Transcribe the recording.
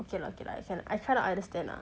okay lah okay lah I kind I kind of understand lah